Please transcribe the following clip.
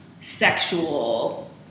sexual